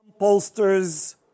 pollsters